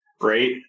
right